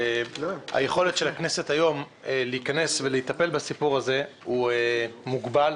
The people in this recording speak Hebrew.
היכולת של הכנסת היום להיכנס ולטפל בסיפור הזה היא מוגבלת,